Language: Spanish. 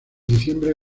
diciembre